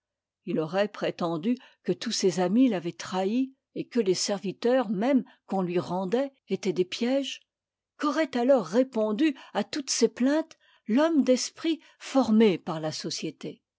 il aurait prétendu que tous ses amis l'avaient trahi et que les services mêmes qu'on lui rendait étaient des pièges qu'aurait alors répondu à toutes ces plaintes l'homme d'esprit formé par la société